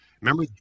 Remember